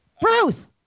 Bruce